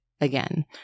again